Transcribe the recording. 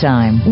Time